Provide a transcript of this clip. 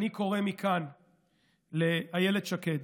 אני קורא מכאן לאילת שקד